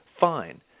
fine